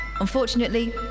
Unfortunately